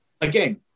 again